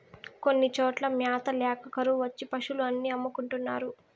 కొన్ని చోట్ల మ్యాత ల్యాక కరువు వచ్చి పశులు అన్ని అమ్ముకుంటున్నారు